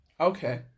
okay